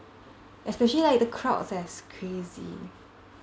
especially like the crowds eh it's crazy